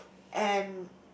food and